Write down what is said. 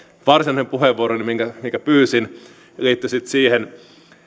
varsinainen puheenvuoroni minkä minkä pyysin liittyy sitten siihen